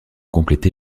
complété